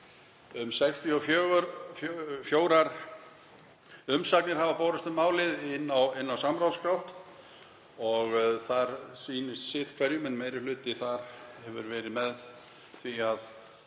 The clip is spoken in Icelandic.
64 umsagnir hafa borist um málið inn á samráðsgátt og þar sýnist sitt hverjum en meiri hluti þar hefur verið með því að